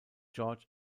george